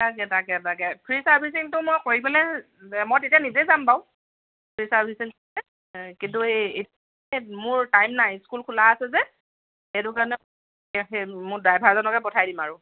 তাকে তাকে তাকে ফ্ৰী চাৰ্ভিচিংটো মই কৰিবলে মই তেতিয়া নিজেই যাম বাৰু ফ্ৰী চাৰ্ভিচিং কিন্তু এই মোৰ টাইম নাই স্কুল খোলা আছে যে সেইটো কাৰণে মোৰ ড্ৰাইভাৰজনকে পঠাই দিম আৰু